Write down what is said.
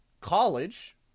college